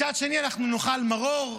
מצד אחר, נאכל מרור,